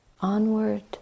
onward